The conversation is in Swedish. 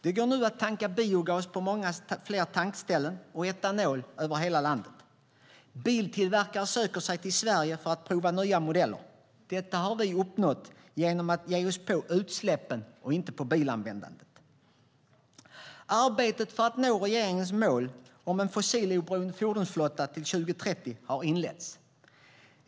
Det går nu att tanka biogas på många fler tankställen och etanol över hela landet. Biltillverkare söker sig till Sverige för att prova nya modeller. Detta har vi uppnått genom att ge oss på utsläppen och inte bilanvändandet. Arbetet för att nå regeringens mål om en fossiloberoende fordonsflotta till 2030 har inletts.